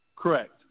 Correct